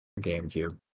GameCube